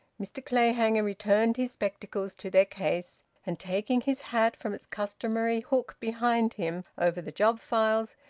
mr clayhanger returned his spectacles to their case, and taking his hat from its customary hook behind him, over the job-files,